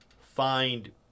find